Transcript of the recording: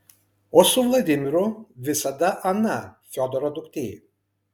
o su vladimiru visada ana fiodoro duktė